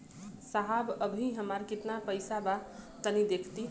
साहब अबहीं हमार कितना पइसा बा तनि देखति?